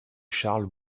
charles